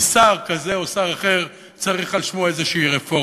כי שר כזה או שר אחר צריך על שמו איזו רפורמה.